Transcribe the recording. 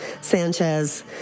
Sanchez